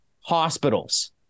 hospitals